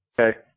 Okay